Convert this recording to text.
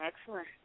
Excellent